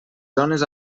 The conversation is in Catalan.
zones